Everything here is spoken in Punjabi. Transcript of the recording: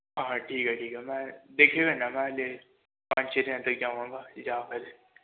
ਹਾਂ ਹਾਂ ਠੀਕ ਆ ਠੀਕ ਆ ਮੈਂ ਦੇਖੇ ਵੇ ਨੇ ਮੈਂ ਜੇ ਪੰਜ ਛੇ ਜਾਵਾਂਗਾ ਜਾਂ ਫਿਰ